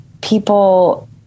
people